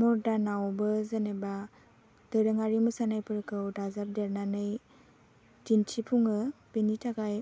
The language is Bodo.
मर्डानावबो जेनेबा दोरोङारि मोसानायफोरखौ दाजाब देरनानै दिन्थिफुङो बिनि थाखाय